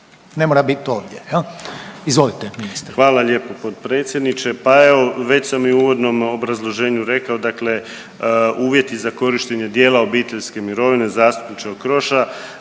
ministre. **Piletić, Marin (HDZ)** Hvala lijepo potpredsjedniče. Pa evo već sam i u uvodnom obrazloženju rekao, dakle uvjeti za korištenje dijela obiteljske mirovne zastupniče Okroša